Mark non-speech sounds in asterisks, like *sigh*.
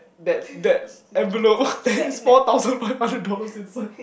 that that envelope *laughs* there is four thousand five hundred dollars inside